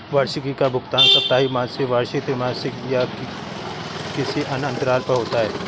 वार्षिकी का भुगतान साप्ताहिक, मासिक, वार्षिक, त्रिमासिक या किसी अन्य अंतराल पर होता है